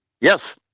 Yes